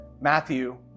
Matthew